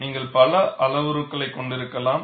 நீங்கள் பல அளவுருக்களைக் கொண்டிருக்கலாம்